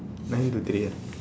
nine to three ah